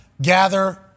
Gather